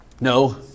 No